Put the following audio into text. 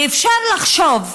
ואפשר לחשוב,